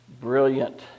brilliant